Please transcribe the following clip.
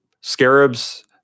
scarabs